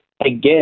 again